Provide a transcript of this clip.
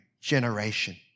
generation